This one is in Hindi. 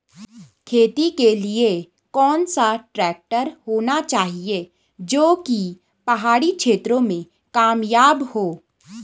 खेती के लिए कौन सा ट्रैक्टर होना चाहिए जो की पहाड़ी क्षेत्रों में कामयाब हो?